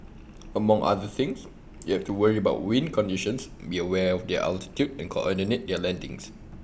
among other things they have to worry about wind conditions be aware of their altitude and coordinate their landings